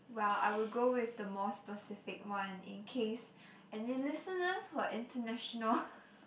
well I would go with the more specific one in case any listeners who are international